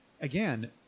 again